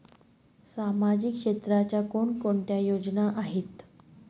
सामाजिक क्षेत्राच्या कोणकोणत्या योजना आहेत?